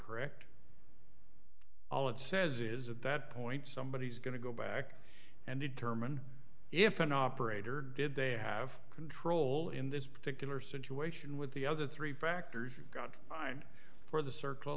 correct all it says is at that point somebody is going to go back and determine if an operator did they have control in this particular situation with the other three factors you've got time for the circle